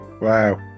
Wow